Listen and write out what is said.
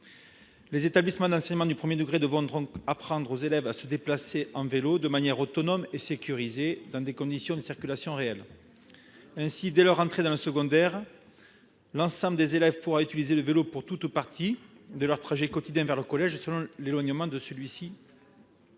Les établissements d'enseignement du premier degré devront apprendre aux élèves à se déplacer à vélo de manière autonome et sécurisée dans des conditions de circulation réelles. Ainsi, dès leur entrée dans le secondaire, l'ensemble des élèves pourront-ils utiliser le vélo pour tout ou partie de leurs trajets quotidiens vers le collège, selon l'éloignement de celui-ci.